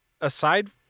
Aside